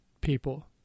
people